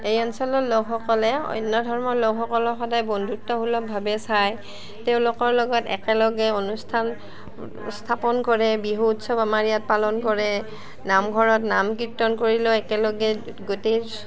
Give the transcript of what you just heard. এই অঞ্চলৰ লোকসকলে অন্য ধৰ্মৰ লোকসকলৰ সদায় বন্ধুত্বসুলভভাৱে চায় তেওঁলোকৰ লগত একেলগে অনুষ্ঠান স্থাপন কৰে বিহু উৎসৱ আমাৰ ইয়াত পালন কৰে নামঘৰত নাম কীৰ্তন কৰিলেও একেলগে গোটেই